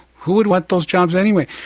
who would want those jobs anyway?